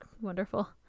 wonderful